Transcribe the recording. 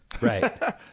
Right